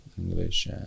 English